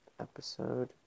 episode